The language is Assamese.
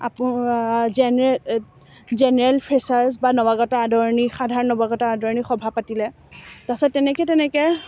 আপো জেনেৰেল জেনেৰেল ফ্ৰেচাৰ্ছ বা নৱাগত আদৰণি সভা সাধাৰণ নৱাগত আদৰণি সভা পাতিলে তাৰ পাছত তেনেকৈ তেনেকৈ